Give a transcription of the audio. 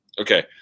Okay